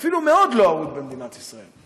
אפילו מאוד לא אהוד במדינת ישראל.